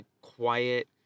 quiet